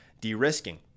de-risking